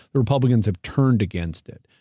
the republicans have turned against it,